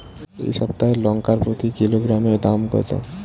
এই সপ্তাহের লঙ্কার প্রতি কিলোগ্রামে দাম কত?